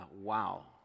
wow